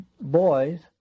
boys